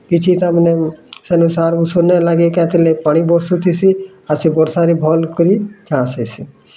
କିଛି ତା ମାନେ ସେନୁ ସାର୍ ଔଷଧ ନାଇଁ ଲାଗେ ଲାଗି ପାଣି ବର୍ଷୁଥିସି ଆଉ ସେ ବର୍ଷାରେ ଭଲ୍ କରି ଚାଷ ହେସି